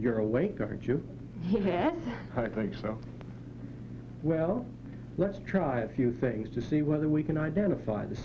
you're awake aren't you yes i think so well let's try a few things to see whether we can identify th